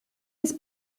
his